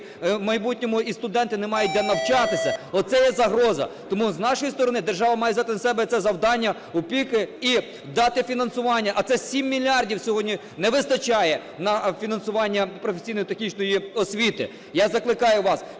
в майбутньому і студенти не мають де навчатися, оце є загроза. Тому з нашої сторони держава має взяти на себе це завдання опіки і дати фінансування. А це 7 мільярдів сьогодні не вистачає на фінансування професійно-технічної освіти. Я закликаю вас